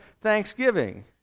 thanksgiving